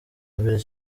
imbere